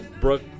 Brooke